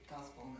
Gospel